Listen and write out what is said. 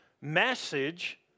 message